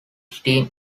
steam